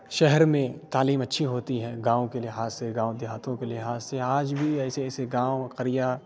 شہر میں تعلیم اچھی ہوتی ہے گاؤں کے لحاظ سے گاؤں دیہاتوں کے لحاظ سے آج بھی ایسے ایسے گاؤں قریہ